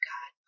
God